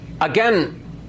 Again